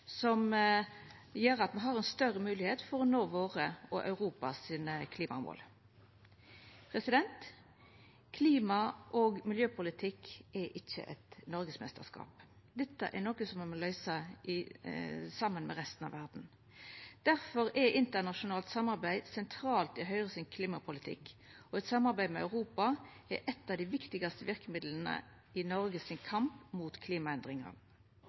som gjer at me har større moglegheit for å nå våre og Europas klimamål. Klima- og miljøpolitikk er ikkje eit noregsmeisterskap. Dette er noko me må løysa saman med resten av verda. Difor er internasjonalt samarbeid sentralt i Høgres klimapolitikk, og eit samarbeid med Europa er eit av dei viktigaste verkemidla i Noregs kamp mot